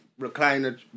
recliner